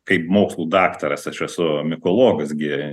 kaip mokslų daktaras aš esu mikologas gi